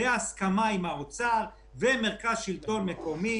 בהסכמה עם משרד האוצר ומרכז השלטון המקומי,